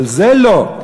אבל זה לא.